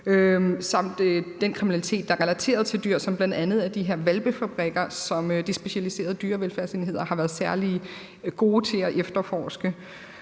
samt den kriminalitet, der er relateret til dyr, som bl.a. er de her hvalpefabrikker, som de specialiserede dyrevelfærdsenheder har været særlig gode til at efterforske.